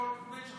קודם כול,